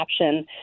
option